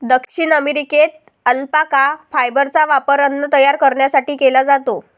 दक्षिण अमेरिकेत अल्पाका फायबरचा वापर अन्न तयार करण्यासाठी केला जातो